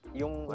yung